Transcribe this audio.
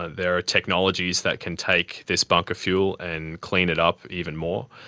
there are technologies that can take this bunker fuel and clean it up even more.